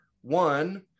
one